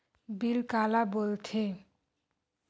Bill काला बोल थे?